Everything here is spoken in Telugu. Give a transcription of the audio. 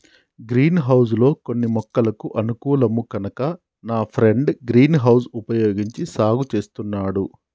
గ్రీన్ హౌస్ లో కొన్ని మొక్కలకు అనుకూలం కనుక నా ఫ్రెండు గ్రీన్ హౌస్ వుపయోగించి సాగు చేస్తున్నాడు